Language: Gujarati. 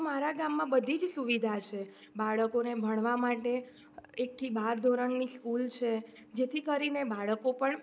તો મારા ગામમાં બધી જ સુવિધા છે બાળકોને ભણવા માટે એક થી બાર ધોરણની સ્કૂલ છે જેથી કરીને બાળકો પણ